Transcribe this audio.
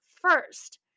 first